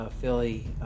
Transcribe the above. Philly